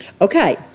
Okay